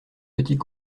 petits